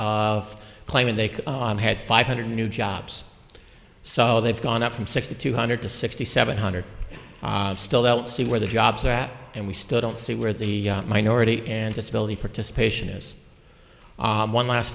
of claiming they had five hundred new jobs so they've gone up from sixty two hundred to sixty seven hundred still don't see where the jobs are at and we still don't see where the minority and disability participation is one last